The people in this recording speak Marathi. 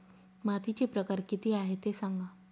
मातीचे प्रकार किती आहे ते सांगा